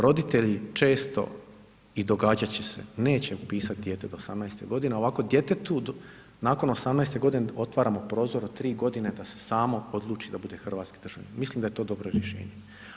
Roditelji često i događat će se, neće upisat dijete do 18.g., ovako djetetu nakon 18.g. otvaramo prozor od 3.g. da se samo odluči da bude hrvatski državljanin, mislim da je to dobro rješenje.